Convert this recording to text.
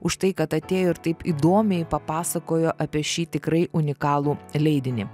už tai kad atėjo ir taip įdomiai papasakojo apie šį tikrai unikalų leidinį